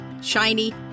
shiny